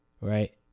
right